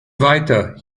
weiter